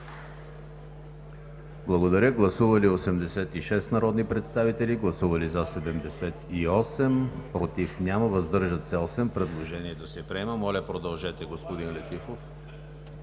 Комисията. Гласували 84 народни представители: за 77, против няма, въздържали се 7. Предложението се приема. Моля, продължете, господин Летифов.